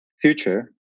future